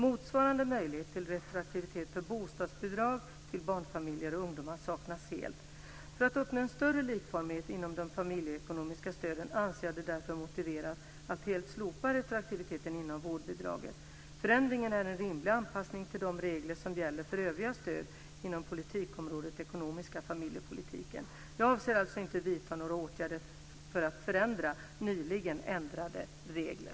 Motsvarande möjlighet till retroaktivitet för bostadsbidrag till barnfamiljer och ungdomar saknas helt. För att uppnå en större likformighet inom de familjeekonomiska stöden anser jag det därför motiverat att helt slopa retroaktiviteten inom vårdbidraget. Förändringen är en rimlig anpassning till de regler som gäller för övriga stöd inom politikområdet Ekonomiska familjepolitiken. Jag avser alltså inte att vidta några åtgärder för att förändra nyligen ändrade regler.